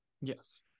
yes